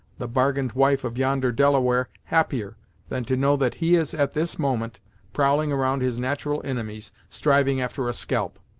the bargained wife of yonder delaware, happier than to know that he is at this moment prowling around his nat'ral inimies, striving after a scalp.